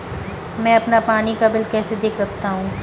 मैं अपना पानी का बिल कैसे देख सकता हूँ?